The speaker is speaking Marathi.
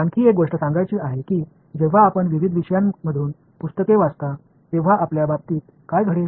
आणखी एक गोष्ट सांगायची आहे की जेव्हा आपण विविध विषयांमधून पुस्तके वाचता तेव्हा आपल्या बाबतीत काय घडेल